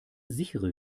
sichere